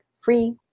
free